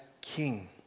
king